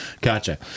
gotcha